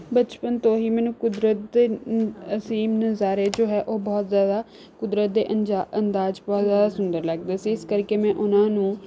ਬਚਪਨ ਤੋਂ ਹੀ ਮੈਨੂੰ ਕੁਦਰਤ ਦੇ ਅਸੀਮ ਨਜ਼ਾਰੇ ਜੋ ਹੈ ਉਹ ਬਹੁਤ ਜ਼ਿਆਦਾ ਕੁਦਰਤ ਦੇ ਅੰਜਾ ਅੰਦਾਜ਼ ਬਹੁਤ ਜ਼ਿਆਦਾ ਸੁੰਦਰ ਲੱਗਦੇ ਸੀ ਇਸ ਕਰਕੇ ਮੈਂ ਉਨ੍ਹਾਂ ਨੂੰ